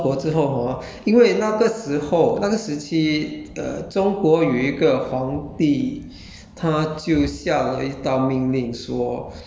是这个大臣的这个 okay 这个大臣传入中国之后 hor 因为那个时候那个时期 uh 中国有一个皇帝